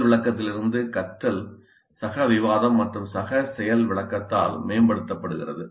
செயல் விளக்கத்திலிருந்து கற்றல் சக விவாதம் மற்றும் சக செயல் விளக்கத்தால் மேம்படுத்தப்படுகிறது